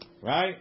Right